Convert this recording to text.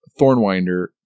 Thornwinder